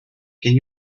can